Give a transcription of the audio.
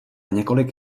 několik